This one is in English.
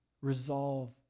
resolve